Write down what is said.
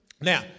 Now